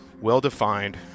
well-defined